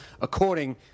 according